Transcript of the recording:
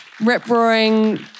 rip-roaring